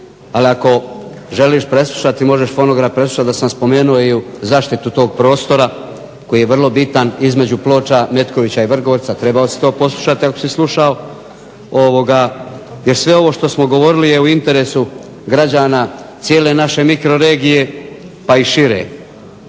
ali ako želiš preslušati možeš fonogram preslušati da sam spomenuo i zaštitu tog prostora koji je vrlo bitan između Ploča, Metkovića i Vrgorca, trebao si to poslušati ako si slušao, jer sve ovo što smo govorili je u interesu građana cijele naše mikroregije pa i šire.